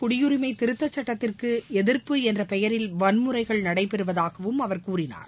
குடியுரிமைதிருத்தச் சட்டத்திற்குஎதிர்ப்பு என்றபெயரில் வன்முறைகள் நாடுமுழுவதும் நடைபெறுவதாகவும் அவர் கூறினார்